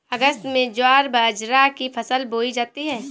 अगस्त में ज्वार बाजरा की फसल बोई जाती हैं